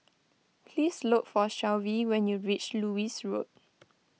please look for Shelvie when you reach Lewis Road